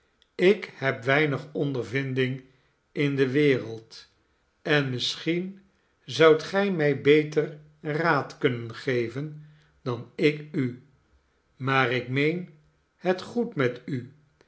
ik heb weinig ondervinding in de wereld en misschien zoudt gij mij beter raad kunnen geven dan ik u maar ik meen het goed met u